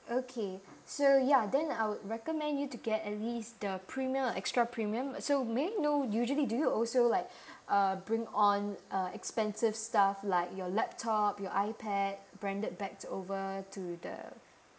okay so ya then I would recommend you to get at least the premium extra premium uh so may I know usually do you also like uh bring on uh expensive stuff like your laptop your ipad branded bags over to the